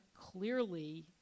clearly